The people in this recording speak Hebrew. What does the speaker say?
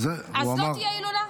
אז לא תהיה הילולה?